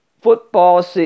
football